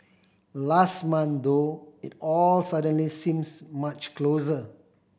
last month though it all suddenly seems much closer